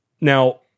Now